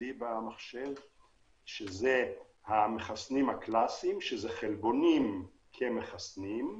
שזה המחסנים הקלסיים, חלבונים כמחסנים,